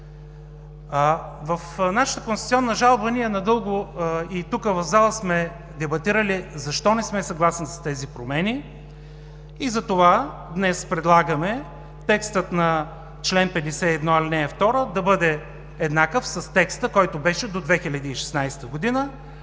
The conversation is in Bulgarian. В нашата конституционна жалба ние надълго – и тук в залата, сме дебатирали защо не сме съгласни с тези промени. Затова днес предлагаме текстът на чл. 51, ал. 2 да бъде еднакъв с текста, който беше до 2016 г.,